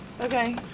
Okay